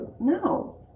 No